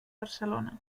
barcelona